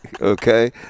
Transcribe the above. Okay